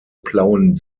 plauen